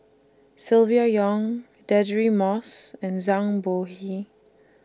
Silvia Yong Deirdre Moss and Zhang Bohe